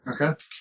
Okay